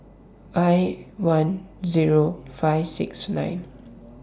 I one Zero five six nine